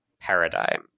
paradigm